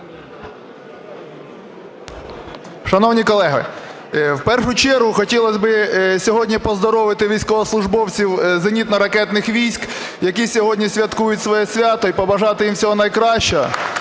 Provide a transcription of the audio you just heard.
Шановні колеги, в першу чергу хотілось би сьогодні поздоровити військовослужбовців зенітно-ракетних військ, які сьогодні святкують своє свято і побажати їм всього найкращого,